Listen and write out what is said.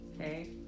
Okay